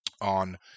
on